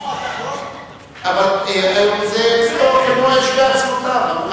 הלוא זה אצלו כמו אש בעצמותיו.